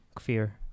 fear